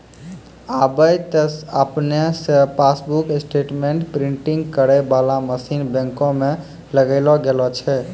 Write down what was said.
आबे त आपने से पासबुक स्टेटमेंट प्रिंटिंग करै बाला मशीन बैंको मे लगैलो गेलो छै